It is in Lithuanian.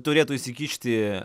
turėtų įsikišti